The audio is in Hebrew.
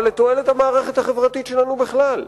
אבל לתועלת המערכת החברתית שלנו בכלל,